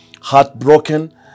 heartbroken